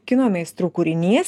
kino meistrų kūrinys